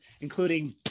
including